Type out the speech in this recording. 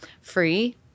free